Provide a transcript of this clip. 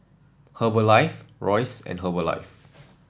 Herbalife Royce and Herbalife